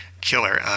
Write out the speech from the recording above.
Killer